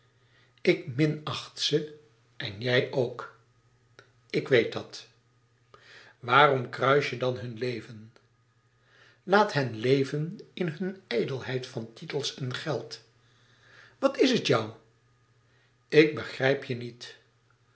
ik minacht ze en jij ook ik weet dat waarom kruis je dan hun leven laat hen leven in hun ijdelheid van titels en geld wat is het jou ik begrijp je niet